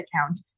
account